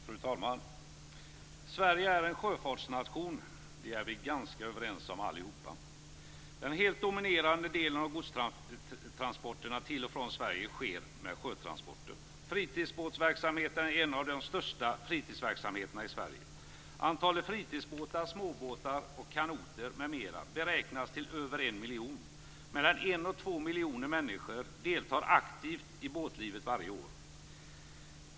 Fru talman! Sverige är en sjöfartsnation. Det är vi ganska överens om allihop. Den helt dominerande delen av godstransporterna till och från Sverige sker med sjötransporter. Fritidsbåtsverksamheten är en av de största fritidsverksamheterna i Sverige. Antalet fritidsbåtar, småbåtar och kanoter m.m. beräknas till över en miljon. Mellan en och två miljoner människor deltar aktivt i båtlivet varje år.